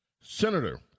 Senator